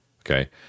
Okay